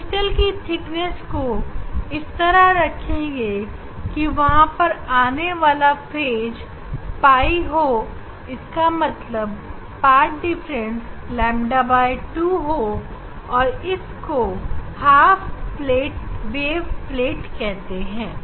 crystal की thickness को इस तरह रखेंगे कि वहां पर आने वाला फेज 𝚷 हो इसका मतलब पाथ डिफरेंस ƛ2 है और इसको हाफ वेव प्लेट कहते हैं